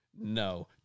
No